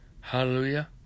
Hallelujah